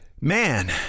Man